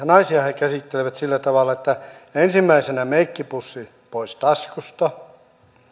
naisia käsitellään sillä tavalla että ensimmäisenä meikkipussi pois taskusta